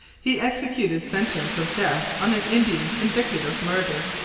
he executed sentence of death on an indian convicted of murder.